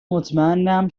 مطمئنم